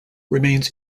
remains